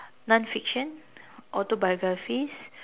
non fiction autobiographies